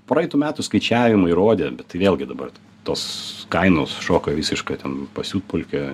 praeitų metų skaičiavimai rodė bet vėlgi dabar tos kainos šoka visišką ten pasiutpolkę